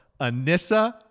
Anissa